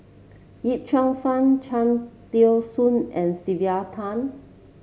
Yip Cheong Fun Cham Tao Soon and Sylvia Tan